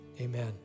amen